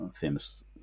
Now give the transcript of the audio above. famous